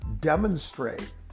demonstrate